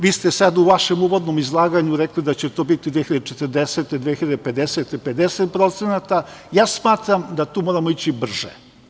Vi ste sada u vašem uvodnom izlaganju rekli da će to biti 2040, 2050. godine 50%, ja smatram da tu moramo ići brže.